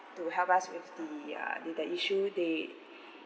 to help us with the uh the the issue they